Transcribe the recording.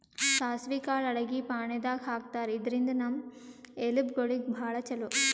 ಸಾಸ್ವಿ ಕಾಳ್ ಅಡಗಿ ಫಾಣೆದಾಗ್ ಹಾಕ್ತಾರ್, ಇದ್ರಿಂದ್ ನಮ್ ಎಲಬ್ ಗೋಳಿಗ್ ಭಾಳ್ ಛಲೋ